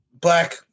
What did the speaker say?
Black